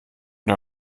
der